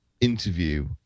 interview